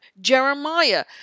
Jeremiah